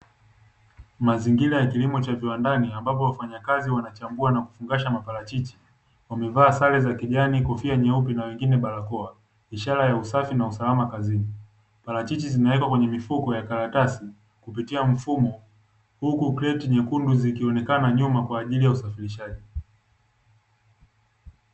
Mazingira ya kilimo cha viwandani ambapo wafanyakazi wanachambua na kufungasha maparachichi. Wamevaa sare za kijani, kofia nyeupe na wengine barakoa; ishara ya usafi na usalama kazini. Parachichi zimewekwa kwenye mifuko ya karatasi kupitia mfumo, huku kreti nyekundu zikiwa zinaonekana nyuma kwa ajili ya usafirishaji.